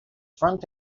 front